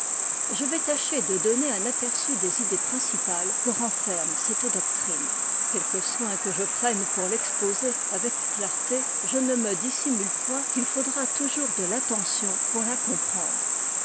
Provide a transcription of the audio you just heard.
je vais tacher de donner un aperçu des idées principales que renferme cette doctrine quelque soin que je prenne pour l'exposer avec clarté je ne me dissimule point qu'il faudra toujours de l'attention pour la comprendre